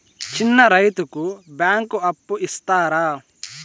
చిన్న రైతుకు బ్యాంకు అప్పు ఇస్తారా?